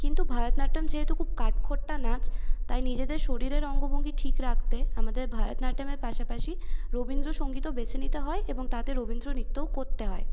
কিন্তু ভারতনাট্ট্যাম যেহেতু খুব কাঠখোট্টা নাচ তাই নিজেদের শরীরের অঙ্গভঙ্গী ঠিক রাখতে আমাদের ভারতনাট্ট্যামের পাশাপাশি রবীন্দ্রসঙ্গীতও বেছে নিতে হয় এবং তাতে রবীন্দ্র নৃত্যও করতে হয়